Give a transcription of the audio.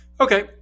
Okay